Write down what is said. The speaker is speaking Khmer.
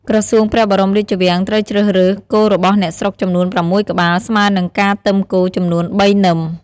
ក្រសួងព្រះបរមរាជវាំង ត្រូវជ្រើសរើស គោរបស់អ្នកស្រុកចំនួន ៦ក្បាល ស្មើនឹងការទឹមគោចំនួន ៣ នឹម។